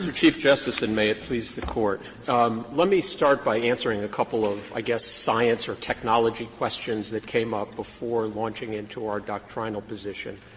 so chief justice, and may it please the court let me start by answering a couple of, i guess, science or technology questions that came up before launching into our doctrinal position.